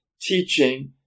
teaching